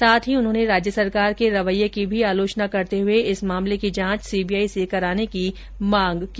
साथ ही उन्होंने राज्य सरकार के रवैये की भी आलोचना करते हुए इस मामले की जांच सीबीआई से कराने की मांग की